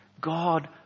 God